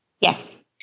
yes